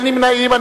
1, ואין נמנעים.